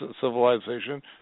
civilization